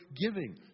giving